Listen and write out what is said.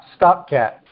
stopcat